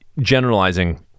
generalizing